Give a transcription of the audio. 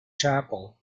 chapel